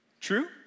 True